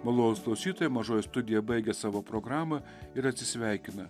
malonūs klausytojai mažoji studija baigia savo programą ir atsisveikina